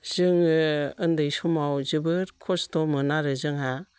जोङो उन्दै समाव जोबोर खस्तटमोन आरो जोंहा